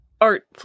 art